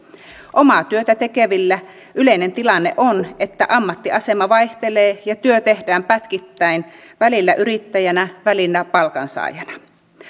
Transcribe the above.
omaa työtä tekevillä yleinen tilanne on että ammattiasema vaihtelee ja työ tehdään pätkittäin välillä yrittäjänä välillä palkansaajana